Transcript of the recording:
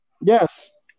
Yes